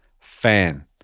fan